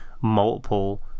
multiple